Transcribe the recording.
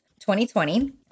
2020